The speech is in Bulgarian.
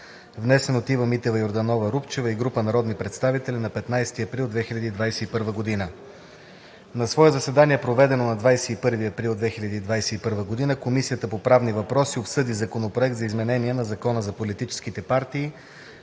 внесен от Ива Митева Йорданова-Рупчева и група народни представители на 15 април 2021 г. На свое заседание, проведено на 21 април 2021 г., Комисията по правни въпроси обсъди Законопроект за изменение на Закона за политическите партии,